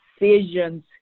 decisions